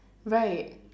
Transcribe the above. right